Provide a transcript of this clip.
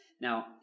Now